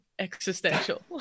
existential